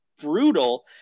brutal